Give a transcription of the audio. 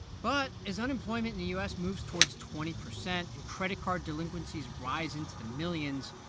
but as unemployment in the u s. moves towards twenty percent and credit card delinquencies rise into the millions,